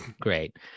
great